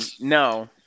no